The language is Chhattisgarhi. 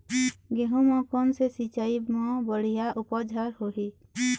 गेहूं म कोन से सिचाई म बड़िया उपज हर होही?